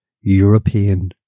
European